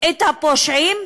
את הפושעים,